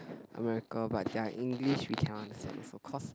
America but their English we cannot understand so cause